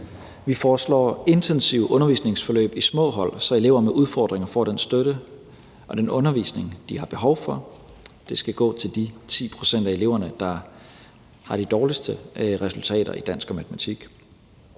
Vi foreslår intensive undervisningsforløb i små hold, så elever med udfordringer får den støtte og den undervisning, de har behov for. Det skal gå til de 10 pct. af eleverne, der har de dårligste resultater i dansk og matematik.